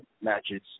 matches